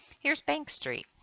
here is bank street.